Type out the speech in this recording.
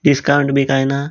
discount बी काय ना